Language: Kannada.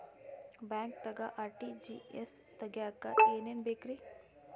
ಬ್ಯಾಂಕ್ದಾಗ ಆರ್.ಟಿ.ಜಿ.ಎಸ್ ತಗ್ಸಾಕ್ ಏನೇನ್ ಬೇಕ್ರಿ?